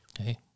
Okay